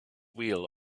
wheel